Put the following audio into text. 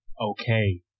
okay